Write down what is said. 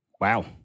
Wow